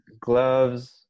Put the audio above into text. gloves